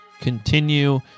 continue